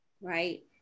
right